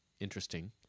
interesting